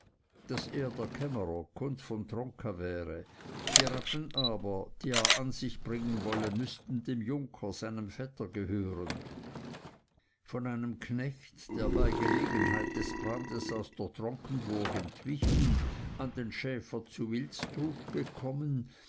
daß er der kämmerer kunz von tronka wäre die rappen aber die er an sich bringen solle müßten dem junker seinem vetter gehören von einem knecht der bei gelegenheit des brandes aus der tronkenburg entwichen an den schäfer zu wilsdruf gekommen